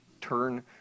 turn